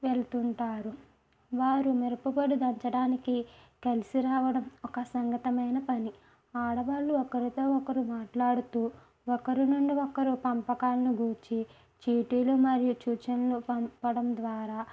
వెళ్తుంటారు వారు మిరపపొడి దంచడానికి కలిసి రావడం ఒక సంఘటమైన పని ఆడవాళ్ళు ఒకరితో ఒకరు మాట్లాడుతూ ఒకరి నుండి ఒకరు పంపకాలను గురించి చీటీలు మరియు సూచనలు పంపడం ద్వారా